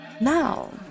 now